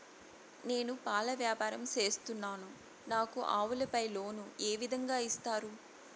నేను పాల వ్యాపారం సేస్తున్నాను, నాకు ఆవులపై లోను ఏ విధంగా ఇస్తారు